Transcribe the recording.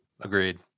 Agreed